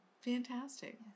Fantastic